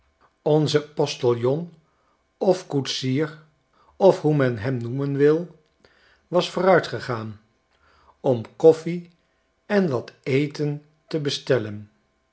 onze postiljon of koetsier of hoe men hem noemen wil was vooruitgegaan om koffie en wat eten te bestellen